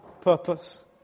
purpose